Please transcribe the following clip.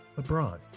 LeBron